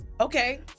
Okay